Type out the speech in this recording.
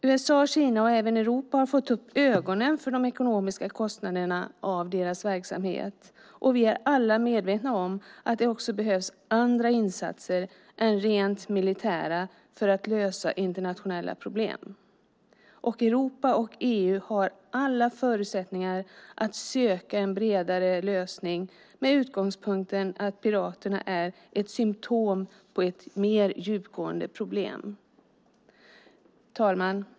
USA, Kina och även Europa har fått upp ögonen för de ekonomiska kostnaderna av deras verksamhet. Vi är alla medvetna om att det också behövs andra insatser än rent militära för att lösa internationella problem. Europa och EU har alla förutsättningar att söka en bredare lösning med utgångspunkten att piraterna är ett symtom på ett mer djupgående problem. Herr talman!